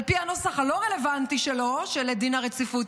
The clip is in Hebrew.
על פי הנוסח הלא-רלוונטי שלו של דין הרציפות,